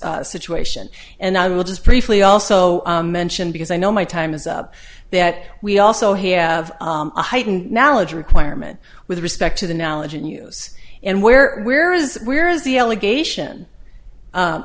six situation and i will just briefly also mention because i know my time is up that we also hear of a heightened knowledge requirement with respect to the knowledge of news and where we're is where is the allegation